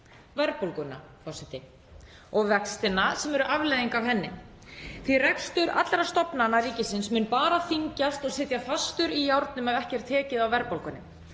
verðbólguna og vextina sem eru afleiðing af henni. Rekstur allra stofnana ríkisins mun bara þyngjast og sitja fastur í járnum ef ekki er tekið á verðbólgunni.